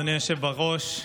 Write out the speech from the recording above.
אדוני היושב-ראש,